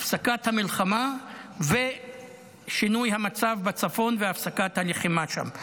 הפסקת המלחמה ושינוי המצב בצפון והפסקת הלחימה שם.